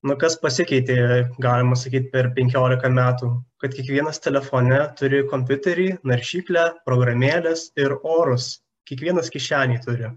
na kas pasikeitė galima sakyt per penkiolika metų kad kiekvienas telefone turi kompiuterį naršyklę programėles ir orus kiekvienas kišenėj turiu